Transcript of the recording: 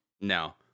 No